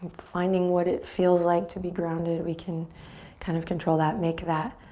finding what it feels like to be grounded weak and kind of control that make that